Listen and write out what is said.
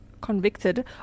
convicted